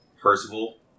Percival